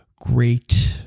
great